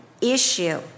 issue